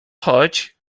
choć